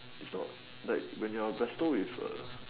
it's not like when you are bestow with a